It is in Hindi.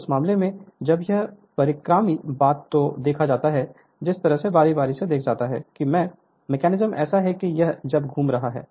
तो उस मामले में जब यह परिक्रामी बात को देखा जाता है जिस तरह से बारी बारी से देखा जाता है कि मेकैनिज्म ऐसा है कि जब यह घूम रहा है